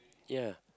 ya